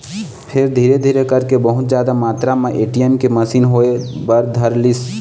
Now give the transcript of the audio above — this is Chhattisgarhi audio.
फेर धीरे धीरे करके बहुत जादा मातरा म ए.टी.एम के मसीन होय बर धरलिस